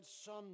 son